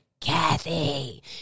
Kathy